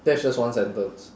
that's just one sentence